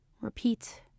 Repeat